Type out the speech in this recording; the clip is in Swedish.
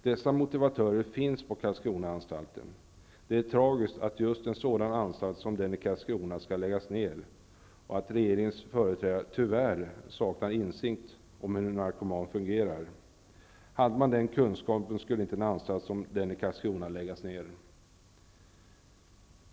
Dessa motivatörer finns på Det är tragiskt att just en sådan anstalt som den i Karlskrona skall läggas ner och att regeringens företrädare tyvärr saknar insikt om hur en narkoman fungerar. Hade man den kunskapen, skulle inte en anstalt som den i Karlskrona läggas ned.